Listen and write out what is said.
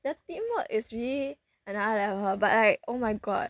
their teamwork is really another level but like oh my god